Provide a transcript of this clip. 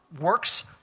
works